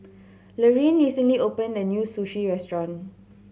Laraine recently opened a new Sushi Restaurant